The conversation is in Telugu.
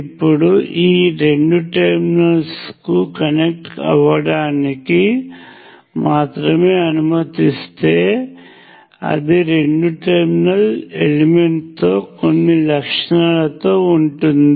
ఇప్పుడు మనము ఈ రెండు టెర్మినల్స్కు కనెక్ట్ అవ్వడానికి మాత్రమే అనుమతిస్తే అది రెండు టెర్మినల్ ఎలిమెంట్ కొన్ని లక్షణాలతో ఉంటుంది